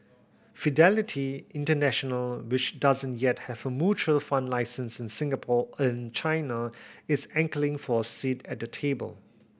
Fidelity International which doesn't yet have a mutual fund license in Singapore in China is angling for a seat at the table